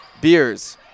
Beers